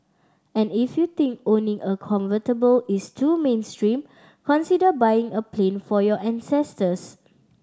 and if you think owning a convertible is too mainstream consider buying a plane for your ancestors